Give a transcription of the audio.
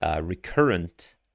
recurrent